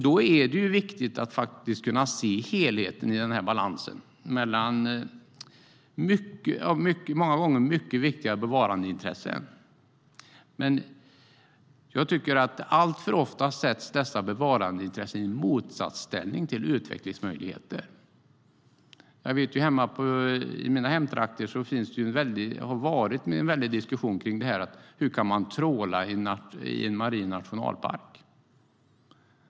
Då är det viktigt att kunna se helheten i balansen mellan många gånger mycket viktiga bevarandeintressen. Alltför ofta ställs dessa bevarandeintressen emot utvecklingsmöjligheterna. I mina hemtrakter har det varit en väldig diskussion om hur det är möjligt att man trålar i en marin nationalpark.